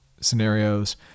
scenarios